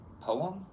poem